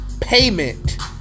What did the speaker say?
payment